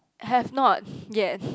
have not yet